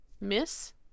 Miss